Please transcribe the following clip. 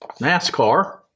NASCAR